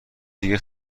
دیگه